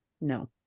No